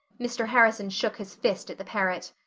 mr. harrison shook his fist at the parrot.